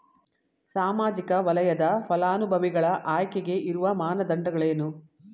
ಸಾಮಾಜಿಕ ವಲಯದ ಫಲಾನುಭವಿಗಳ ಆಯ್ಕೆಗೆ ಇರುವ ಮಾನದಂಡಗಳೇನು?